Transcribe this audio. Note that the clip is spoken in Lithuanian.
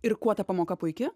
ir kuo ta pamoka puiki